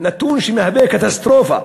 נתון שמהווה קטסטרופה.